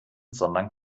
sondern